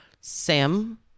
sam